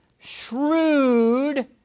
shrewd